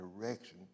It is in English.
direction